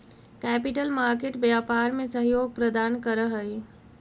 capital market व्यापार में सहयोग प्रदान करऽ हई